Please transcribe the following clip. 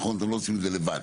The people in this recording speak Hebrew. אתם לא עושים את זה לבד,